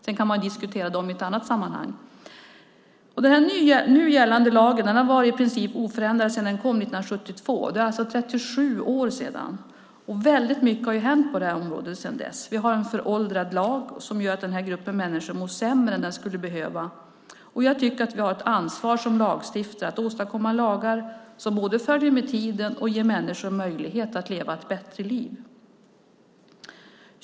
Sedan kan man diskutera dem i ett annat sammanhang. Den nu gällande lagen har varit i princip oförändrad sedan den kom 1972. Det är alltså 37 år sedan. Väldigt mycket har hänt på området sedan dess. Vi har en föråldrad lag som gör att den gruppen människor mår sämre än de skulle behöva, och jag tycker att vi har ett ansvar som lagstiftare att åstadkomma lagar som både följer med tiden och ger människor möjlighet att leva ett bättre liv.